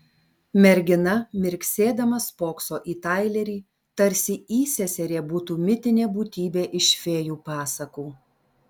mergina mirksėdama spokso į tailerį tarsi įseserė būtų mitinė būtybė iš fėjų pasakų